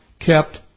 kept